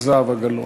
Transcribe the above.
זהבה גלאון.